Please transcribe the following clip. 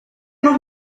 noch